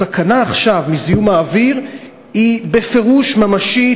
הסכנה עכשיו מזיהום האוויר היא בפירוש ממשית,